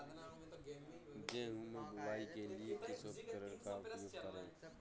गेहूँ की बुवाई के लिए किस उपकरण का उपयोग करें?